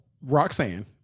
Roxanne